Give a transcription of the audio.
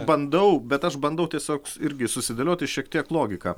bandau bet aš bandau tiesiog irgi susidėlioti šiek tiek logiką